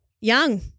Young